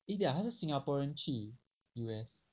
eh 等一下她是 singaporean 去 U_S